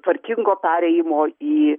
tvarkingo perėjimo į